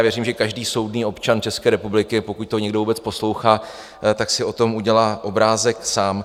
A já věřím, že každý soudný občan České republiky, pokud to někdo vůbec poslouchá, si o tom udělá obrázek sám.